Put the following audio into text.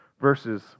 verses